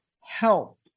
help